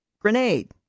grenade